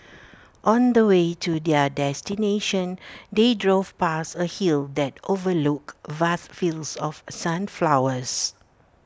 on the way to their destination they drove past A hill that overlooked vast fields of sunflowers